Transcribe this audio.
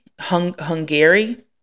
Hungary